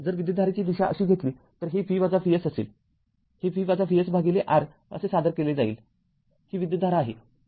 जर विद्युतधारेची दिशा अशी घेतली तरहे v Vs असेल हे v Vs भागिले Rअसे सादर केले जाईल ही विद्युतधारा आहे